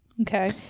Okay